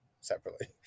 separately